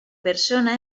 persona